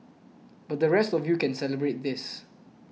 but the rest of you can celebrate this